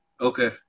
Okay